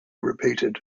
repeated